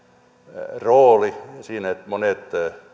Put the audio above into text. rooli siinä että monet